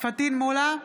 פטין מולא,